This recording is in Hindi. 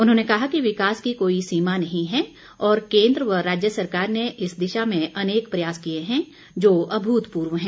उन्होंने कहा कि विकास की कोई सीमा नहीं है और केन्द्र व राज्य सरकार ने इस दिशा में अनेक प्रयास किए हैं जो अभूतपूर्व हैं